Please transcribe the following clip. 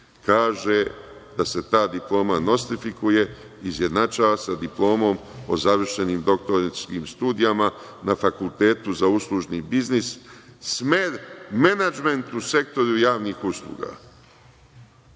kaže da se ta diploma nostrifikuje i izjednačava sa diplomom o završenim doktorskim studijama na Fakultetu za uslužni biznis, smer menadžment u sektoru javnih usluga